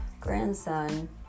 grandson